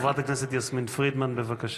חברת הכנסת יסמין פרידמן, בבקשה.